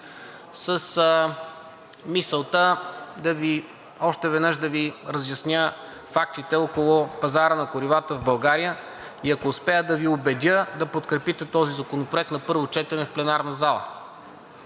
веднъж да Ви разясня фактите около пазара на горивата в България и ако успея, да Ви убедя да подкрепите този законопроект на първо четене в пленарната зала.